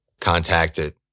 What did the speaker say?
contacted